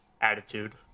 attitude